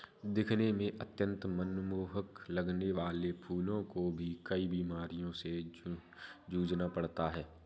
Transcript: दिखने में अत्यंत मनमोहक लगने वाले फूलों को भी कई बीमारियों से जूझना पड़ता है